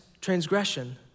transgression